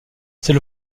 c’est